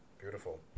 beautiful